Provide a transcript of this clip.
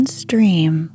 stream